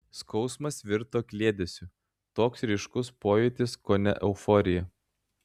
skausmas virto kliedesiu toks ryškus pojūtis kone euforija